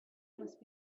must